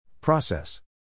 Process